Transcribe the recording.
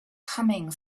humming